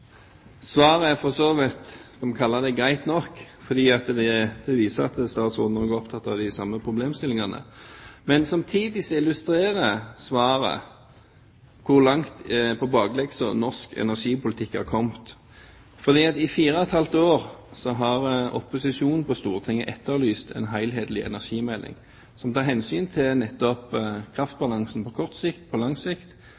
for så vidt greit nok, for det viser at statsråden også er opptatt av disse problemstillingene. Men samtidig illustrerer svaret hvor langt norsk energipolitikk er kommet i bakleksa. For i fire og et halvt år har opposisjonen på Stortinget etterlyst en helhetlig energimelding som tar hensyn til nettopp kraftbalansen på kort sikt,